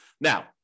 Now